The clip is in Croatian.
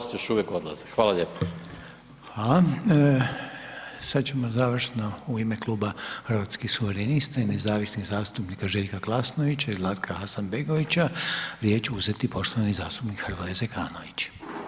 Sad ćemo završno u ime Kluba Hrvatskih suverenista i nezavisnih zastupnika Željka Glasnovića i Zlatka Hasanbegovića, riječ uzeti poštovani zastupnik Hrvoje Zekanović.